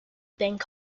bank